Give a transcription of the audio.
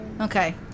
Okay